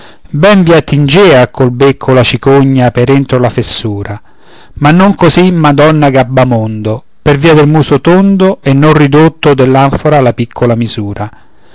ben vi attingea col becco la cicogna per entro la fessura ma non così madonna gabbamondo per via del muso tondo e non ridotto dell'anfora alla piccola misura